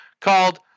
called